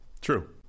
True